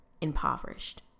impoverished